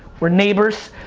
we're neighbors,